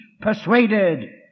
persuaded